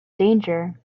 danger